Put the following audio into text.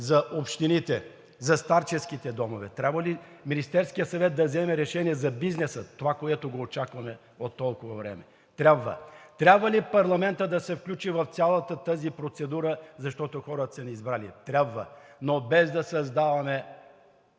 за общините, за старческите домове? Трябва ли Министерският съвет да вземе решение за бизнеса – това, което очакваме от толкова време? Трябва. Трябва ли парламентът да се включи в цялата тази процедура, защото хората са ни избрали? Трябва, но без да създаваме